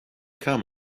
come